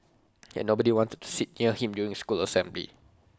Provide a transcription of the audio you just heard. and nobody wanted to sit near him during school assembly